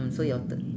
so your turn